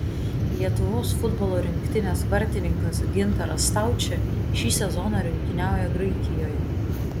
lietuvos futbolo rinktinės vartininkas gintaras staučė šį sezoną rungtyniauja graikijoje